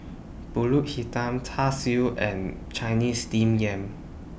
Pulut Hitam Char Siu and Chinese Steamed Yam